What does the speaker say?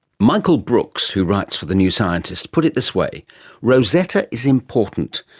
michael brooks who writes for the new scientist put it this way rosetta is important.